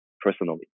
personally